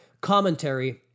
commentary